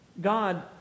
God